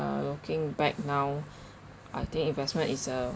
uh looking back now I think investment is a